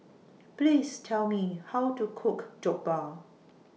Please Tell Me How to Cook Jokbal